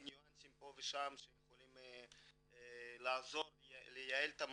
ניואנסים שיכולים לעזור לייעל את המערכת,